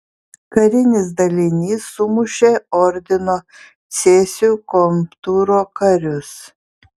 karinis dalinys sumušė ordino cėsių komtūro karius